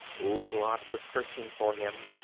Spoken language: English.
ouglat was searching for him,